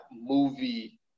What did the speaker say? movie